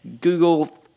Google